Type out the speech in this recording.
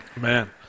Man